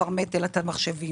לפרמט את המחשבים,